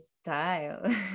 style